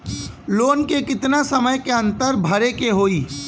Loan के कितना समय के अंदर भरे के होई?